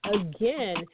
again